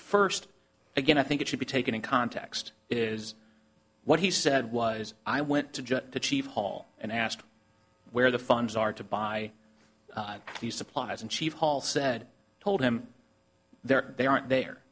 first again i think it should be taken in context is what he said was i went to the chief hall and asked where the funds are to buy these supplies and chief paul said told him there they aren't there